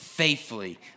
faithfully